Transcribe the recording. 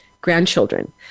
grandchildren